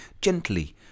Gently